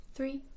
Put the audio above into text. Three